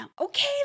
okay